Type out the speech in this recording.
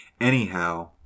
Anyhow